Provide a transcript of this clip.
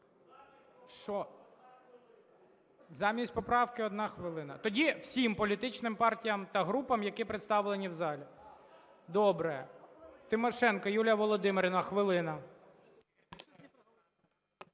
Замість поправки - одна хвилина. Тоді всім політичним партіям та групам, які представлені в залі. Добре. Тимошенко Юлія Володимирівна, хвилина.